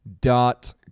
dot